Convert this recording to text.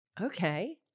okay